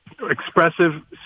expressive